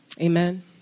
Amen